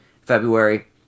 February